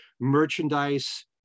merchandise